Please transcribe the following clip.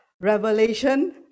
revelation